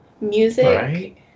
music